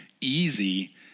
easy